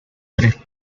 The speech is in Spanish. tres